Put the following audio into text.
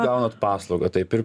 gaunat paslaugą taip ir